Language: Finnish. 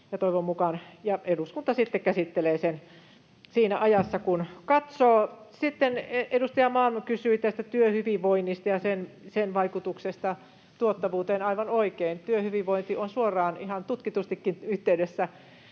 eduskuntaan, ja eduskunta sitten käsittelee sen siinä ajassa kuin katsoo. Edustaja Malm kysyi työhyvinvoinnista ja sen vaikutuksesta tuottavuuteen. Aivan oikein, työhyvinvointi on suoraan ihan tutkitustikin yhteydessä